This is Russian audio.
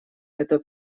это